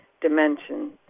dimension